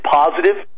positive